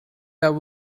that